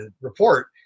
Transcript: report